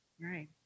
Right